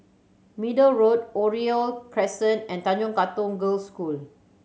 Middle Road Oriole Crescent and Tanjong Katong Girls' School